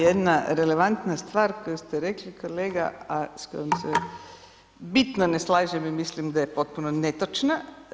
Jedna relevantna stvar koju ste rekli kolega, a sa kojom se bitno ne slažem i mislim da je potpuno netočna.